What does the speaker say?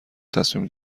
تصمیم